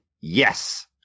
yes